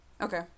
Okay